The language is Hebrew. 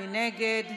מי נגד?